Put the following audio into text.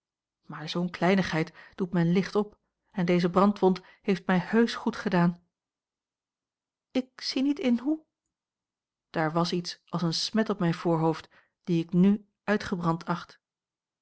maar zoo'n kleinigheid doet men licht op en deze brandwond heeft mij heusch goed gedaan ik zie niet in hoe daar was iets als een smet op mijn voorhoofd die ik n uitgebrand acht